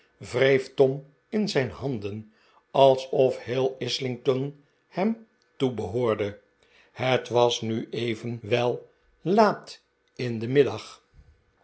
wreef tom in zijn h'anden alsof heel islington hem toebehporde het was nu evenwel laat in den middag